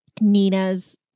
Nina's